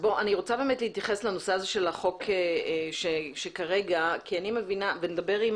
רוצה להתייחס לנושא הזה של החוק ולצורך כך נדבר עם